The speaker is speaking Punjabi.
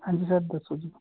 ਹਾਂਜੀ ਸਰ ਦੱਸੋ ਜੀ